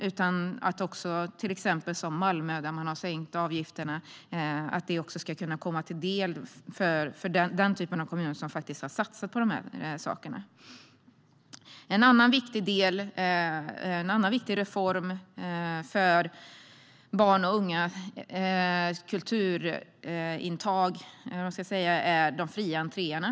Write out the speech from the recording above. Det ska komma de kommuner till del som har satsat på det här, till exempel Malmö där man har sänkt avgifterna. En annan viktig reform för barns och ungas kulturintag - eller vad man ska säga - är de fria entréerna.